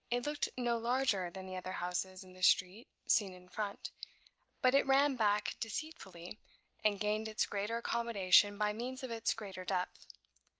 it looked no larger than the other houses in the street, seen in front but it ran back deceitfully and gained its greater accommodation by means of its greater depth.